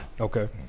Okay